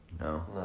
No